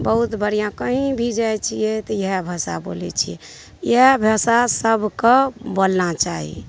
बहुत बढ़िआँ कहीँ भी जाइत छियै तऽ इएह भाषा बोलैत छियै इएह भाषा सबकऽ बोलना चाही